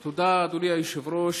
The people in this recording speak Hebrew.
תודה, אדוני היושב-ראש.